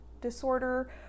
disorder